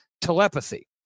telepathy